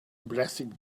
blessing